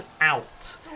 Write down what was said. out